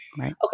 Okay